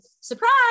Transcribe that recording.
surprise